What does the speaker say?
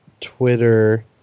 Twitter